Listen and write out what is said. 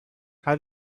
how